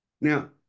Now